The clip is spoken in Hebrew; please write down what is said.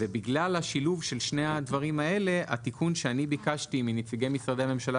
ובגלל השילוב של שני הדברים האלה התיקון שאני ביקשתי מנציגי משרדי הממשלה